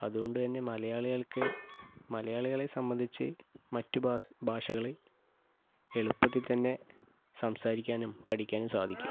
അതുകൊണ്ട് തന്നെ മലയാളികൾക്കെ മലയാളികളെ സംബന്ധിച്ച് മറ്റു ഭാഷകളെ എളുപ്പത്തിൽ തന്നെ സംസാരിക്കാനും പഠിക്കാനും സാധിക്കും